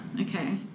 Okay